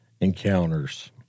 encounters